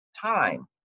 time